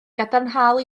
gadarnhaol